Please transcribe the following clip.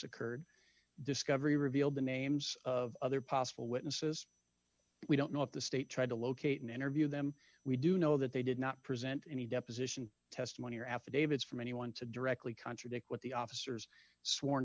occurred discovery revealed the names of other possible witnesses we don't know if the state tried to locate an interview them we do know that they did not present any deposition testimony or affidavits from anyone to directly contradict what the officers sworn